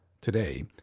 Today